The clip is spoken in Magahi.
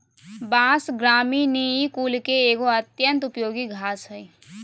बाँस, ग्रामिनीई कुल के एगो अत्यंत उपयोगी घास हइ